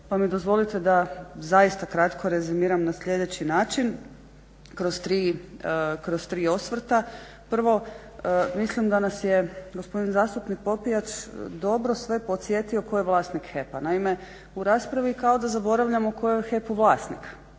pa mi dozvolite da zaista kratko rezimiram na sljedeći način kroz tri osvrta. Prvo mislim da nas je gospodin zastupnik Popijač dobro sve podsjetio tko je vlasnik HEP-a. naime, u raspravi kao da zaboravljamo tko je HEP-u vlasnik,